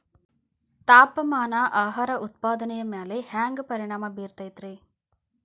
ತಾಪಮಾನ ಆಹಾರ ಉತ್ಪಾದನೆಯ ಮ್ಯಾಲೆ ಹ್ಯಾಂಗ ಪರಿಣಾಮ ಬೇರುತೈತ ರೇ?